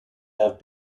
have